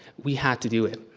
we had to do it.